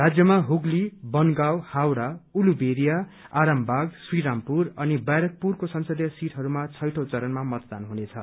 राज्यमा हुगती बनगाँउ हावड़ा उल्लुवेरियो आरामबाग सिरामपुर अनि ब्यारेकपुरको संसदीय सीटहरूमा छैठौं चरणमा मतदान हुनेछ